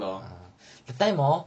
that time hor